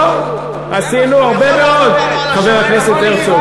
לא, עשינו הרבה מאוד, חבר הכנסת הרצוג.